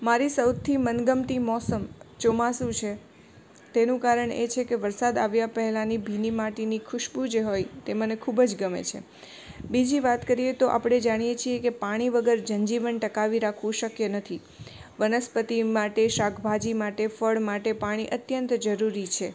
મારી સૌથી મનગમતી મોસમ ચોમાસું છે તેનું કારણ એ છે કે વરસાદ આવ્યા પહેલાંની ભીની માટીની ખુશ્બુ જે હોય તે મને ખૂબ જ ગમે છે બીજી વાત કરીએ તો આપડે જાણીએ છીએ કે પાણી વગર જનજીવન ટકાવી રાખવું શક્ય નથી વનસ્પતિ માટે શાકભાજી માટે ફળ માટે પાણી અત્યંત જરુરી છે